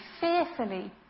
fearfully